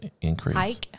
increase